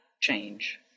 change